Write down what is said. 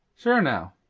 sure, now,